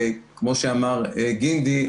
וכמו שאמר גינדי,